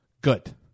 good